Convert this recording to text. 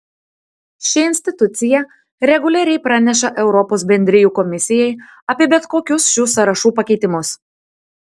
ši institucija reguliariai praneša europos bendrijų komisijai apie bet kokius šių sąrašų pakeitimus